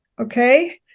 Okay